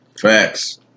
Facts